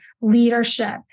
leadership